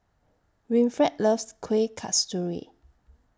Winfred loves Kueh Kasturi